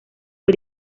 fue